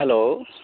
hello